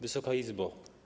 Wysoka Izbo!